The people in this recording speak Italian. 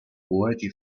poeti